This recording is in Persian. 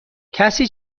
کسی